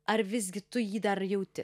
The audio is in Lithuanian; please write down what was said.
ar visgi tu jį dar jauti